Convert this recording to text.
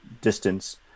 distance